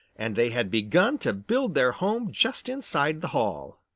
and they had begun to build their home just inside the hall.